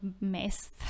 mess